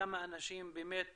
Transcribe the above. כמה אנשים באמת